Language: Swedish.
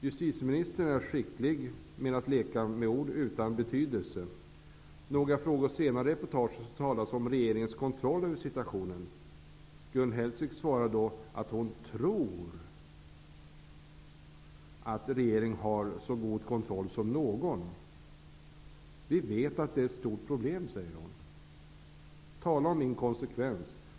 Justitieministern är skicklig på att leka med ord utan betydelse. Längre fram i reportaget ställs det frågor om regeringens kontroll över situationen. Gun Hellsvik svarar att hon tror att regeringen har så god kontroll som någon. Vi vet att det är ett stort problem säger hon. Tala om inkonsekvens!